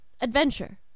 Adventure